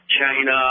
China